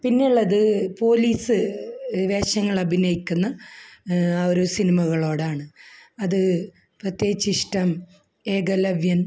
പിന്നെയുള്ളത് പോലീസ് വേഷങ്ങൾ അഭിനയിക്കുന്ന ആ ഒരു സിനിമകളോടാണ് അത് പ്രത്യേകിച്ചു ഇഷ്ടം ഏകലവ്യൻ